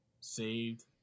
saved